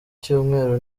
cyumweru